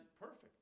perfect